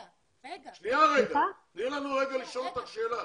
תני לנו רגע לשאול אותך שאלה.